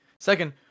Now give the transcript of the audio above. Second